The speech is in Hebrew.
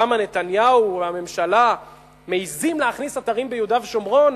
כמה נתניהו והממשלה מעזים להכניס אתרים ביהודה ושומרון